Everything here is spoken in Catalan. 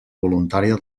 voluntària